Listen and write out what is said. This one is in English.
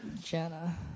Jenna